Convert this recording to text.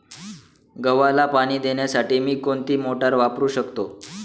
गव्हाला पाणी देण्यासाठी मी कोणती मोटार वापरू शकतो?